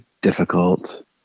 difficult